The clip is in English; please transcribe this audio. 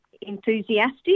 enthusiastic